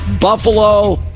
Buffalo